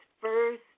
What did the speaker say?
first